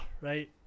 right